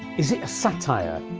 is it a satire,